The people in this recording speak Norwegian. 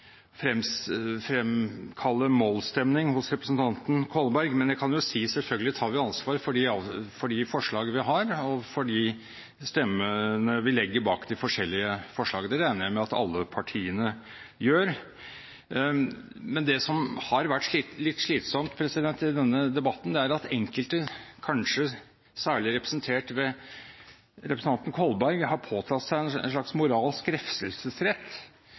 å fremkalle mollstemning hos representanten Kolberg, men jeg kan jo si at selvfølgelig tar vi ansvar for de forslag vi har, og for de stemmene vi legger bak de forskjellige forslagene. Det regner jeg med at alle partiene gjør. Men det som har vært litt slitsomt i denne debatten, er at enkelte, kanskje særlig representert ved representanten Kolberg, har påtatt seg en slags